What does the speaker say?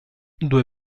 due